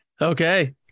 Okay